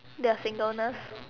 they are singleness